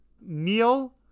Neil